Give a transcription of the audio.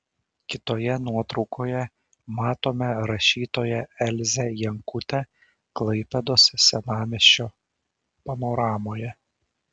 kitoje nuotraukoje matome rašytoją elzę jankutę klaipėdos senamiesčio panoramoje